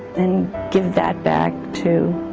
and give that back to